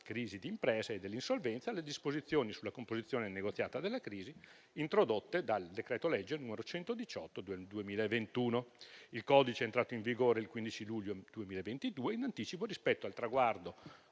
crisi d'impresa e dell'insolvenza le disposizioni sulla composizione negoziata della crisi introdotte dal decreto-legge n. 118 del 2021. Il codice è entrato in vigore il 15 luglio 2022, in anticipo rispetto al traguardo